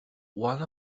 one